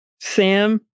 Sam